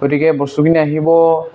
গতিকে বস্তুখিনি আহিব